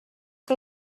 que